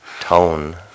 tone